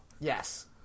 Yes